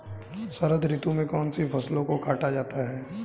शरद ऋतु में कौन सी फसलों को काटा जाता है?